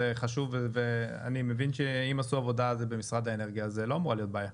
זה חשוב ואם עשו על זה עבודה במשרד האנרגיה אז לא אמורה להיות בעיה.